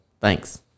Thanks